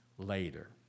later